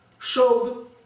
showed